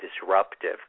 disruptive